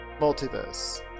multiverse